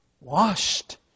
Washed